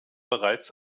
bereits